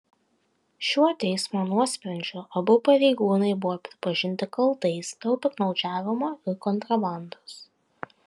šiuo teismo nuosprendžiu abu pareigūnai buvo pripažinti kaltais dėl piktnaudžiavimo ir kontrabandos